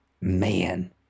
man